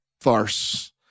farce